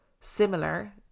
similar